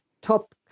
top